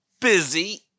busy